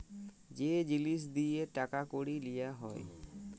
যে জিলিস দিঁয়ে টাকা কড়ি লিয়া হ্যয়